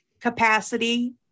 capacity